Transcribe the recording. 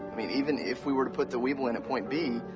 i mean even if we were to put the weeble in at point b.